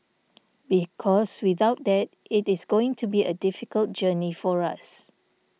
because without that it is going to be a difficult journey for us